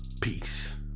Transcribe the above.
Peace